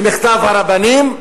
במכתב הרבנים,